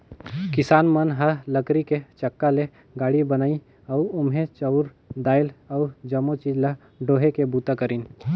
किसान मन ह लकरी के चक्का ले गाड़ी बनाइन अउ ओम्हे चाँउर दायल अउ जमो चीज ल डोहे के बूता करिन